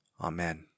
Amen